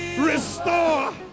restore